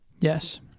Yes